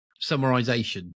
summarization